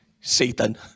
Satan